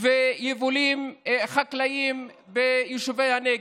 ויבולים חקלאיים ביישובי הנגב.